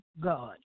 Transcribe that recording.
God